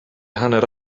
hanner